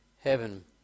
heaven